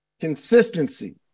consistency